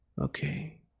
Okay